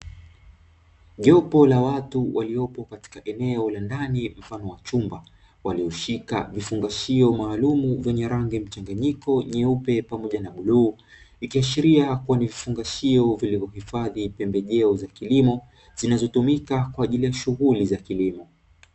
Jopo la watu waliopo katika eneo la ndani mfano wa chuma walioshika